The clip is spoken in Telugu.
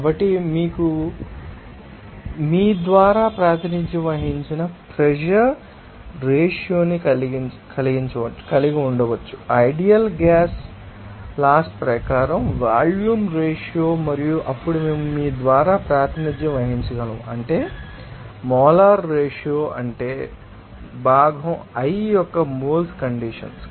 కాబట్టి మేము మీ ద్వారా ప్రాతినిధ్యం వహించిన ప్రెషర్ రేషియో ని కలిగి ఉండవచ్చు ఐడియల్ గ్యాస్ లాస్ ప్రకారం వాల్యూమ్ రేషియో మరియు అప్పుడు మేము మీ ద్వారా ప్రాతినిధ్యం వహించగలము అంటే మోలార్ రేషియో అంటే భాగం i యొక్క మోల్స్ కండిషన్స్